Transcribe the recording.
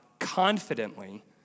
confidently